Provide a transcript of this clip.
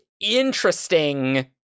interesting